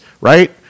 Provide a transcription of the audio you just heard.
right